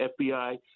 FBI